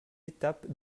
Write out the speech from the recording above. étapes